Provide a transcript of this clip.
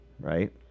right